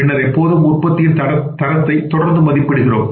பின்னர் எப்போதும் உற்பத்தியின் தரத்தை தொடர்ந்து மதிப்பிடுகிறோம்